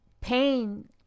pain